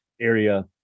area